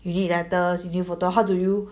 you need letters you need photo how do you